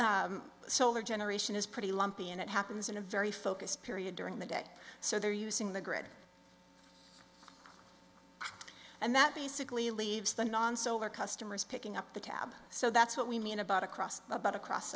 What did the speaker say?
solar generation is pretty lumpy and it happens in a very focused period during the day so they're using the grid and that basically leaves the non solar customers picking up the tab so that's what we mean about across about a cross